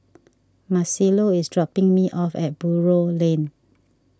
Marcelo is dropping me off at Buroh Lane